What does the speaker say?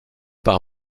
par